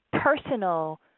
personal